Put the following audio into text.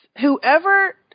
whoever